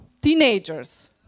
teenagers